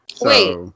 Wait